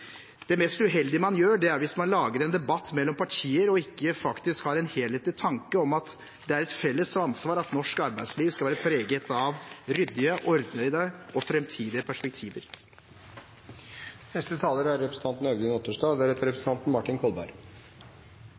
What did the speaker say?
Det mest uheldige man gjør, er å lage en debatt mellom partier og ikke har en helhetlig tanke om at det er et felles ansvar at norsk arbeidsliv skal være preget av ryddige, ordnede og framtidige perspektiver. Det finnes tider der vi står alene, og der vi er